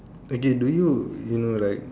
okay do you you know like